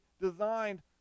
designed